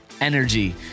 energy